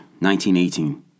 1918